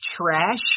trash